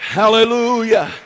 hallelujah